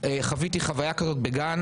חוויתי חוויה עם הבת שלי בגן